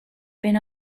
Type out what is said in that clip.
been